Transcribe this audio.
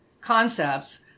concepts